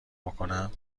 بکنم